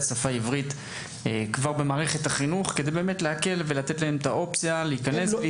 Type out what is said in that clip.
השפה העברית כבר במערכת החינוך כדי להקל ולתת להם את האופציה להיכנס.